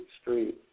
street